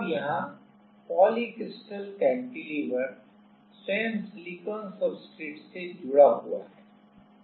अब यहां polycrystal cantilever स्वयं सिलिकॉन सब्सट्रेट से जुड़ा हुआ है